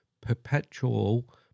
perpetual